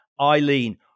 Eileen